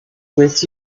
with